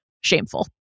Shameful